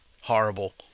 horrible